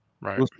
Right